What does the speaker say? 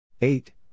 Eight